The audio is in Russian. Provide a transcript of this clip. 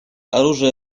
оружие